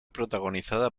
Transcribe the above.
protagonizada